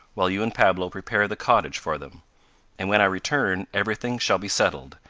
while you and pablo prepare the cottage for them and when i return every thing shall be settled,